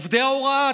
עובדי ההוראה,